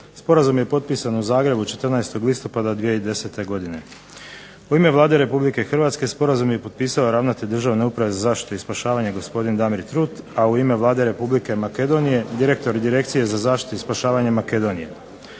Sporazum je potpisan u Zagrebu 14. listopada 2010. godine. U ime Vlade Republike Hrvatske Sporazum je potpisao ravnatelj Državne uprave za zaštitu i spašavanje gospodin Damir Trut, a u ime Vlade Republike Makedonije, direktor Direkcije za zaštitu i spašavanje Makedonije.